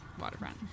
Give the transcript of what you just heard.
waterfront